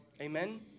Amen